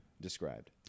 described